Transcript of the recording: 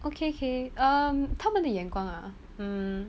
okay K um 他们的眼光啊 mm